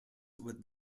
would